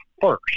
first